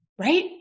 right